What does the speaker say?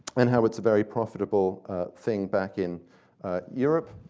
and how it's a very profitable thing back in europe.